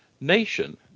nation